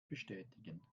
bestätigen